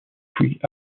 fouilles